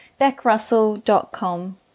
beckrussell.com